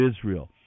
Israel